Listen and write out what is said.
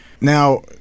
now